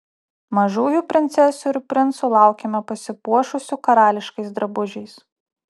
mažųjų princesių ir princų laukiame pasipuošusių karališkais drabužiais